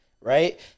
right